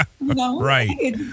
right